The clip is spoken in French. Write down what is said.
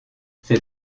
ses